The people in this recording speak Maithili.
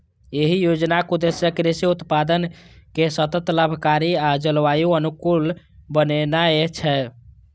एहि योजनाक उद्देश्य कृषि उत्पादन कें सतत, लाभकारी आ जलवायु अनुकूल बनेनाय छै